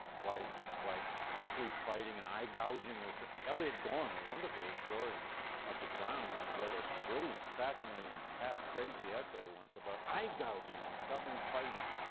why why country fighting and eye-gouging was. elliott gorn, a wonderful historian up at brown, wrote a brilliant, fascinating, half-crazy essay once about eye-gouging and southern fighting.